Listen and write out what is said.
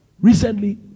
Recently